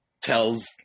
tells